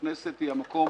הכנסת היא המקום